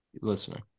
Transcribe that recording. listening